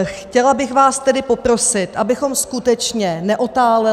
Chtěla bych vás tedy poprosit, abychom skutečně neotáleli.